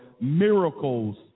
miracles